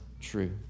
true